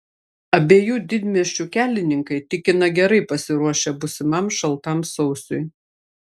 abiejų didmiesčių kelininkai tikina gerai pasiruošę būsimam šaltam sausiui